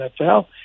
NFL